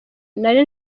nari